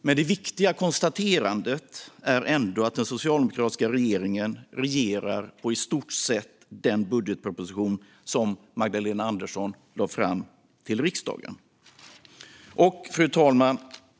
Men det viktiga konstaterandet är ändå att den socialdemokratiska regeringen regerar på i stort sett den budgetproposition som Magdalena Andersson lade fram till riksdagen. Fru talman!